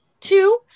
two